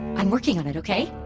i'm working on it, okay?